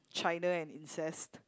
China and incest